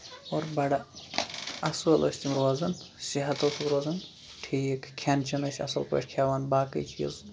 اور بَڑٕ اَصٕل ٲسۍ تِم روزان صحت اوسُکھ روزان ٹھیٖک کھٮ۪ن چین ٲسۍ اَصٕل پٲٹھۍ کھٮ۪وان باقٕے چیٖز